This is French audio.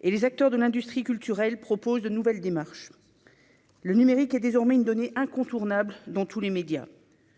et les acteurs de l'industrie culturelle propose de nouvelles démarches, le numérique est désormais une donnée incontournable dans tous les médias